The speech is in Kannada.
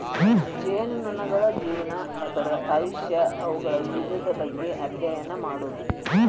ಜೇನುನೊಣಗಳ ಜೇವನಾ, ಅದರ ಆಯುಷ್ಯಾ, ಅವುಗಳ ವಿಧದ ಬಗ್ಗೆ ಅದ್ಯಯನ ಮಾಡುದು